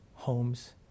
homes